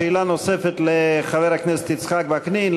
שאלה נוספת לחבר הכנסת יצחק וקנין.